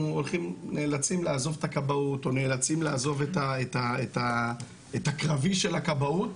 אנחנו נאלצים לעזוב את הכבאות' או 'נאלצים לעזוב את הקרבי של הכבאות